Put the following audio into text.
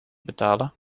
betalen